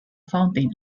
fountain